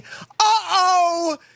Uh-oh